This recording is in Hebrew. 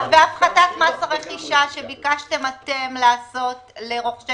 והפחתת מס הרכישה שביקשתם אתם לעשות לרוכשי